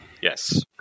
yes